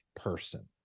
person